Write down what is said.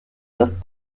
das